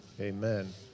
Amen